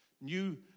New